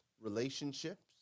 relationships